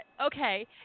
okay